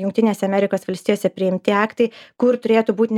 jungtinėse amerikos valstijose priimti aktai kur turėtų būti